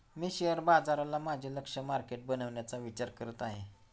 मी share बाजाराला माझे लक्ष्य मार्केट बनवण्याचा विचार करत आहे